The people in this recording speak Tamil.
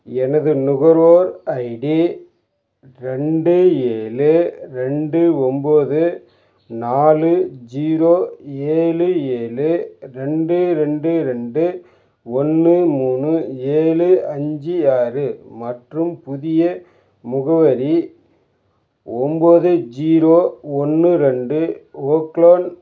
எனது நுகர்வோர் ஐடி ரெண்டு ஏழு ரெண்டு ஒன்போது நாலு ஜீரோ ஏழு ஏழு ரெண்டு ரெண்டு ரெண்டு ஒன்று மூணு ஏழு அஞ்சு ஆறு மற்றும் புதிய முகவரி ஒன்போது ஜீரோ ஒன்று ரெண்டு ஓக் லோன்